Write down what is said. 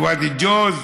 וואדי ג'וז,